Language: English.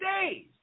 days